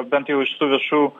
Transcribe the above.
bent jau iš tų viešų